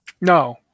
No